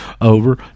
over